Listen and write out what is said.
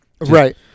right